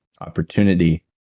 opportunity